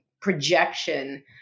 projection